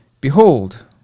Behold